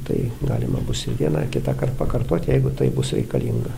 tai galima bus ir vieną ir kitą kartą pakartot jeigu tai bus reikalinga